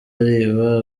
ariba